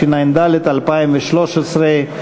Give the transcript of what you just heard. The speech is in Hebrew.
התשע"ד 2013,